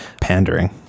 pandering